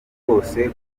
rwose